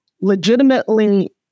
legitimately